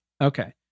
Okay